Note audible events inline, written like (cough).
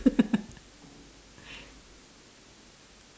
(laughs)